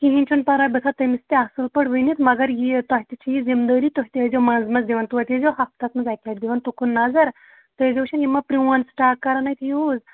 کِہیٖنۍ چھُنہٕ پَرواے بہٕ تھاوٕ تٔمِس تہِ اَصٕل پٲٹھۍ ؤنِتھ مگر یہِ تۄہہِ تہِ چھِ یہِ ذِمہٕ دٲری تُہۍ تہِ ٲسۍ زیٚو منٛزٕ منٛزٕ دِوَان توتہِ ٲسۍ زیو ہفتَس منٛز اَکہِ لَٹہِ دِوَن تُکُن نظر تُہۍ ٲسۍ زیو یِمو پرٛون سِٹاک کَرَان اَتہِ یوٗز